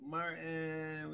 Martin